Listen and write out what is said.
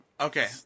Okay